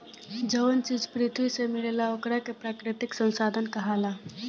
जवन चीज पृथ्वी से मिलेला ओकरा के प्राकृतिक संसाधन कहाला